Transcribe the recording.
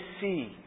see